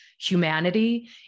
humanity